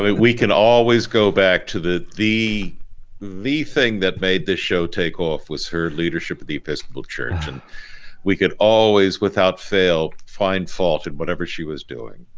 we can always go back to the the thing that made this show take off was her leadership of the episcopal church and we could always without fail, find fault in whatever she was doing.